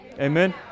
Amen